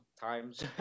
times